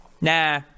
nah